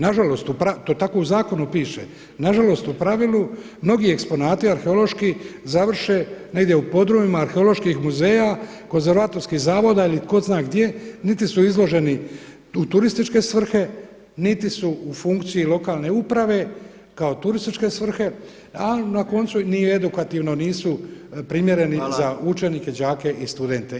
Nažalost, to tako u zakonu piše, nažalost u pravilu mnogi eksponati arheološki završe negdje u podrumima arheoloških muzeja, konzervatorskih zavoda ili tko zna gdje, niti su izloženi u turističke svrhe niti su u funkciji lokalne upravo kao turističke svrhe ali na koncu ni edukativno nisu primjereni za učenike, đake i studente.